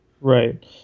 Right